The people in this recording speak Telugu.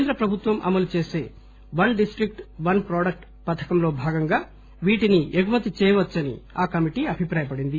కేంద్ర ప్రభుత్వం అమలుచేస వన్ డిస్టిక్ట్ వన్ ప్రొడక్ట్ పథకంలో భాగంగా వీటిని ఎగుమతి చేయవచ్చని ఆ కమిటీ అభిప్రాయపడింది